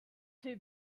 too